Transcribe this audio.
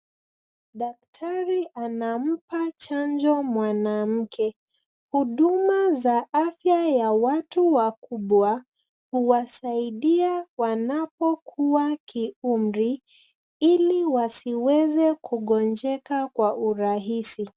Daktari anampa chanjo mwanamke, huduma za afya ya watu wakubwa huwasaidia wanapokua ki umri ili wasiweze kugonjeka kwa urahisi.